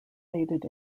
faded